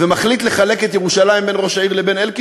ומחליט לחלק את ירושלים בין ראש העיר לבין אלקין,